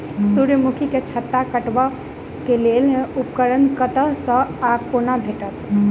सूर्यमुखी केँ छत्ता काटबाक लेल उपकरण कतह सऽ आ कोना भेटत?